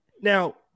Now